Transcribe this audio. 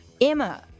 Emma